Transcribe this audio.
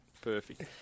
Perfect